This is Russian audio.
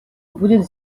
будет